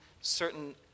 certain